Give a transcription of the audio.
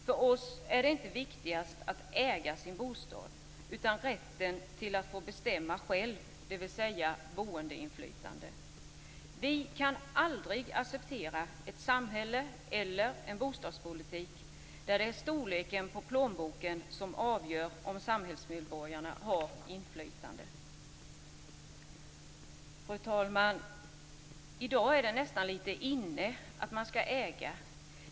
För oss är det inte viktigast att äga sin bostad, utan det är rätten att få bestämma själv, dvs. boendeinflytande. Vi kan aldrig acceptera ett samhälle eller en bostadspolitik där det är storleken på plånboken som avgör om samhällsmedborgarna har inflytande. Fru talman! I dag är det nästan lite inne att äga.